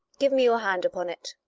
give me your hand upon it.